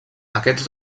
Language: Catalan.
aquests